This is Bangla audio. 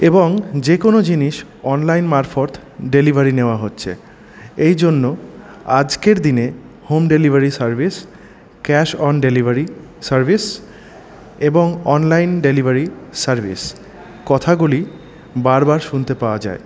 এবং যেকোনো জিনিস অনলাইন মারফৎ ডেলিভারি নেওয়া হচ্ছে এই জন্য আজকের দিনে home delivery service cash on delivery service এবং অন লাইন ডেলিভারি সার্ভিস কথাগুলি বার বার শুনতে পাওয়া যায়